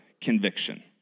conviction